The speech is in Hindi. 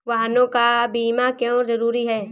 वाहनों का बीमा क्यो जरूरी है?